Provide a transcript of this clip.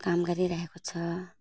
काम गरिरहेको छ